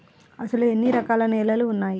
అసలు ఎన్ని రకాల నేలలు వున్నాయి?